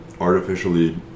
artificially